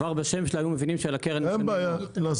כבר בשם שלה היו מבינים שלקרן משלמים מור.